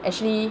actually